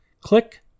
Click